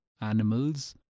animals